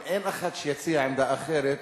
אם אין אחד שיציע עמדה אחרת,